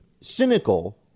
cynical